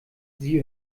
sie